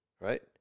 right